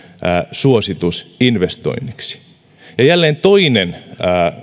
suositus investoinniksi ja jälleen toinen